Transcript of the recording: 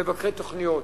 מבקרי תוכניות,